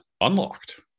unlocked